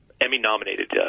Emmy-nominated